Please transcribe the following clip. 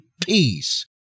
peace